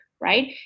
right